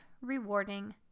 rewarding